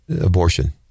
abortion